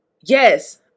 yes